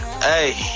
Hey